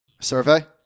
Survey